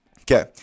okay